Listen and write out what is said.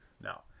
No